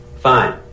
Fine